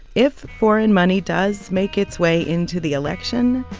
if foreign money does make its way into the election,